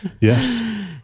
Yes